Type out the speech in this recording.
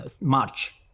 March